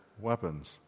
weapons